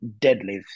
deadlift